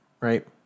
Right